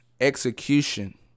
execution